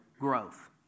growth